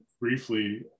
briefly